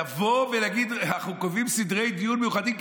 לבוא ולהגיד: אנחנו קובעים סדרי דיון מיוחדים כי